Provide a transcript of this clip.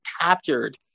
captured